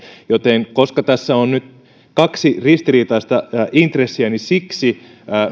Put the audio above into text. koska tässä on nyt kaksi ristiriitaista intressiä niin siksi